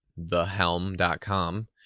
thehelm.com